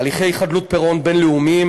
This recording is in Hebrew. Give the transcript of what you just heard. הליכי חדלות פירעון בין-לאומיים,